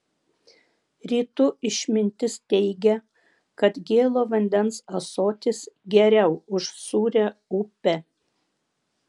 rytų išmintis teigia kad gėlo vandens ąsotis geriau už sūrią upę